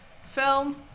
Film